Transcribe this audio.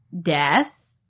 death